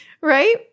right